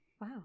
Wow